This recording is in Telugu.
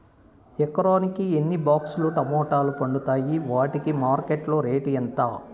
ఎకరాకి ఎన్ని బాక్స్ లు టమోటాలు పండుతాయి వాటికి మార్కెట్లో రేటు ఎంత?